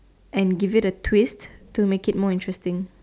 and give it a twist to make it more interesting